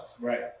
Right